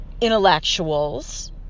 intellectuals